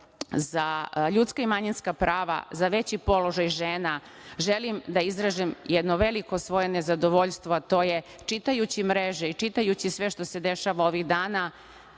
za ljudska i manjinska prava, za veći položaj žena, želim da izrazim jedno veliko svoje nezadovoljstvo, a to je – čitajući mreže i čitajući sve što se dešava ovih dana,